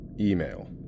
Email